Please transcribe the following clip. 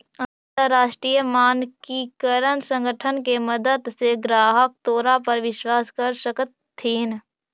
अंतरराष्ट्रीय मानकीकरण संगठन के मदद से ग्राहक तोरा पर विश्वास कर सकतथीन